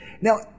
Now